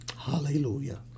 Hallelujah